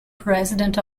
president